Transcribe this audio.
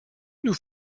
nous